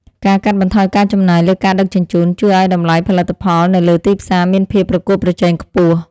ការកាត់បន្ថយការចំណាយលើការដឹកជញ្ជូន ជួយឱ្យតម្លៃផលិតផលនៅលើទីផ្សារមានភាពប្រកួតប្រជែងខ្ពស់។